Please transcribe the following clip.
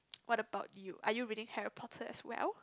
what about you are you reading Harry-Potter as well